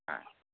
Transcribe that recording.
ஆ